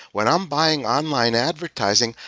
when i'm buying online advertising,